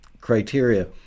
Criteria